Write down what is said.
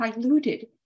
diluted